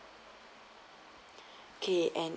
okay and